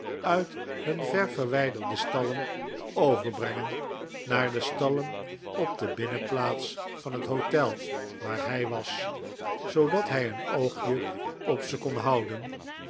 uit hun ver verwijderde stallen overbrengen naar de stallen op de binnenplaats van het hotel waar hij was zoodat hij een oogje op ze kon houden